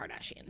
Kardashian